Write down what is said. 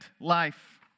life